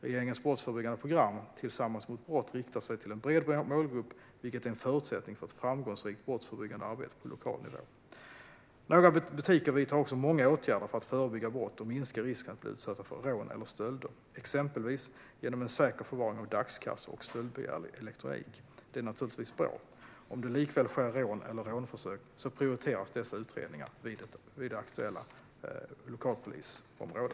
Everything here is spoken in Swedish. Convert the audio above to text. Regeringens brottsförebyggande program, Tillsammans mot brott, riktar sig till en bred målgrupp, vilket är en förutsättning för ett framgångsrikt brottsförebyggande arbete på lokal nivå. Några butiker vidtar också många åtgärder för att förebygga brott och minska risken att bli utsatta för rån eller stölder, exempelvis genom en säker förvaring av dagskassor och stöldbegärlig elektronik. Det är naturligtvis bra. Om det likväl sker ett rån eller rånförsök prioriteras dessa utredningar vid aktuellt lokalpolisområde.